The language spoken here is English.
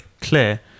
clear